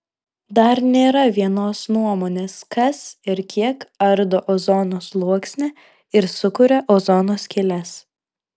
dar nėra vienos nuomonės kas ir kiek ardo ozono sluoksnį ir sukuria ozono skyles